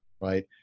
right